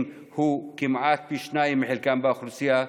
הוא כמעט פי-שניים מחלקם באוכלוסייה.